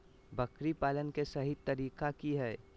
बकरी पालन के सही तरीका की हय?